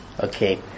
okay